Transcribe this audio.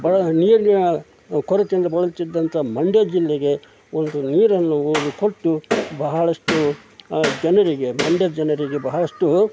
ಬಹಳ ನೀರಿನ ಕೊರತೆಯಿಂದ ಬಳಲುತಿದ್ದಂಥ ಮಂಡ್ಯ ಜಿಲ್ಲೆಗೆ ಒಂದು ನೀರನ್ನು ಅವರು ಕೊಟ್ಟು ಬಹಳಷ್ಟು ಜನರಿಗೆ ಮಂಡ್ಯದ ಜನರಿಗೆ ಬಹಳಷ್ಟು